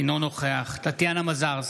אינו נוכח טטיאנה מזרסקי,